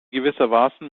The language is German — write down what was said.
gewissermaßen